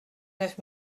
neuf